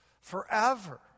forever